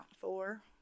four